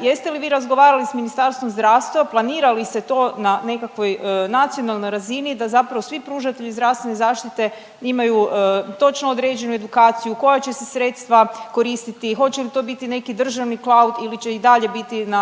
Jeste li vi razgovarali s Ministarstvom zdravstva planirali se to na nekakvoj nacionalnoj razini da zapravo svi pružatelji zdravstvene zaštite imaju točno određenu edukaciju, koja će se sredstva koristiti, hoće li to biti neki državni cloud ili će i dalje biti na nekakvoj